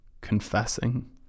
confessing